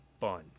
fun